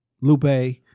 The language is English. Lupe